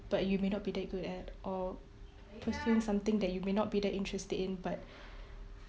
but you may not be that good at or pursue something that you may not be that interested in but